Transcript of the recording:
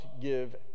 give